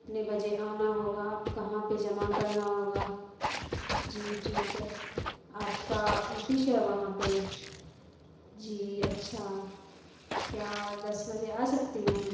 کتنے بجے آنا ہوگا کہاں پہ جمع کرنا ہوگا جی ٹھیک ہے آپ کا آفس ہے وہاں پہ جی اچھا کیا دس بجے آ سکتی ہوں